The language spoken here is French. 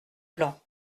plan